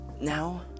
now